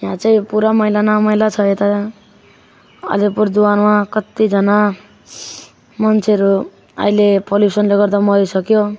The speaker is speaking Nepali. यहाँ चाहिँ पुरा मैला न मैला छ यता अलिपुरद्वारमा कतिजना मान्छेहरू अहिले पल्युसनले गर्दा मरिसक्यो